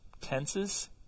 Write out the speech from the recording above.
tenses